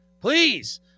Please